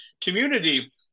community